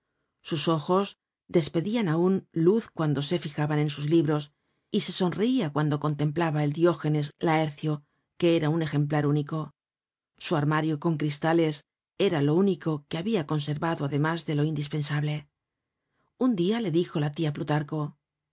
sus ojos despedian aun luz cuando se fijaban en sus libros y se sonreia cuando contemplaba el diógenes laercio que era un ejemplar único su armario con cristales era lo único que habia conservado además de lo indispensable un dia le dijo la tia plutarco